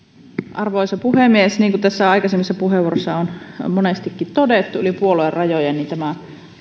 arvoisa puhemies niin kuin tässä aikaisemmissa puheenvuoroissa on monestikin todettu yli puoluerajojen tämä